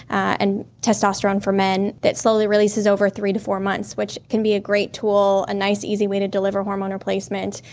and testosterone or men, that slowly releases over three to four months, which can be a great tool, a nice easy way to deliver hormone replacement.